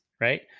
right